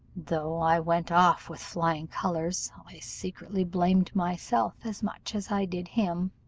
though i went off with flying colours, i secretly blamed myself as much as i did him,